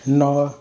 ନଅ